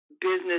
business